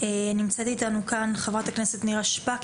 נמצאת איתנו חברת הכנסת נירה שפק,